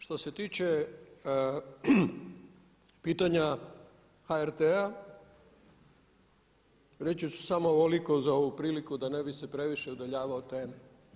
Što se tiče pitanja HRT-a reći ću samo ovoliko za ovu priliku da ne bih se previše udaljavao od teme.